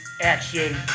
action